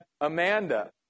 Amanda